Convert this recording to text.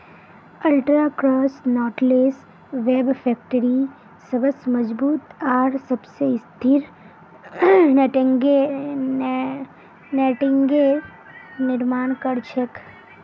ultra cross knotless web factory सबस मजबूत आर सबस स्थिर नेटिंगेर निर्माण कर छेक